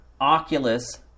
Oculus